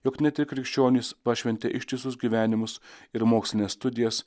jog ne tik krikščionys pašventė ištisus gyvenimus ir mokslines studijas